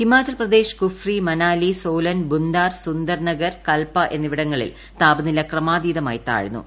ഹിമാചൽ പ്രദേശ് കുഫ്രി മനാലി സോലൻ ബുന്ദാർ സുന്ദർ നഗർ കൽപ എന്നിവിടങ്ങളിൽ താപനില ക്രമാതീതമായി താഴ്ന്നു